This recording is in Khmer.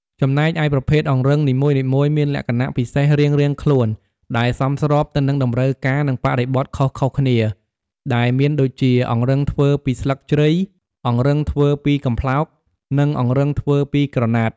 ចំណែកឯប្រភេទអង្រឹងនីមួយៗមានលក្ខណៈពិសេសរៀងៗខ្លួន ដែលសមស្របទៅនឹងតម្រូវការ និងបរិបទខុសៗគ្នា ដែលមានដូចជា អង្រឹងធ្វើពីស្លឹកជ្រៃ អង្រឹងធ្វើពីកំប្លោក និងអង្រឹងធ្វើពីក្រណាត់។